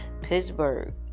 Pittsburgh